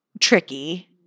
tricky